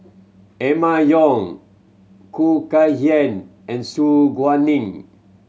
Emma Yong Khoo Kay Hian and Su Guaning